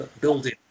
building